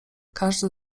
każdy